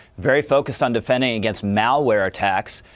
very focused on defending against malware attacks.